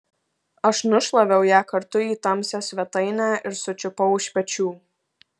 aš nušlaviau ją kartu į tamsią svetainę ir sučiupau už pečių